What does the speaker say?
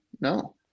No